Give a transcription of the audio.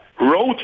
wrote